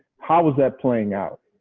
how is that playing out?